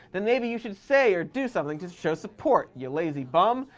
then maybe you should say or do something to show support, ya lazy bum.